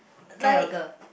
guy or girl